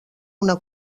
una